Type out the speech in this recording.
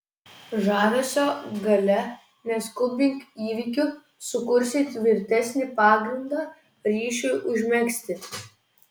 žavesio galia neskubink įvykių sukursi tvirtesnį pagrindą ryšiui užmegzti